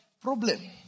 Problem